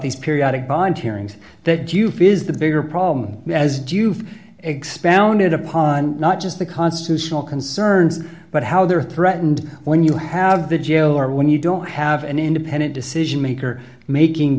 these periodic bond hearings that you feel is the bigger problem as do you expanded upon not just the constitutional concerns but how they're threatened when you have the jailer when you don't have an independent decision maker making